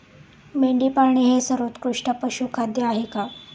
मेंढी पाळणे हे सर्वोत्कृष्ट पशुखाद्य आहे का?